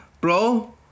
Bro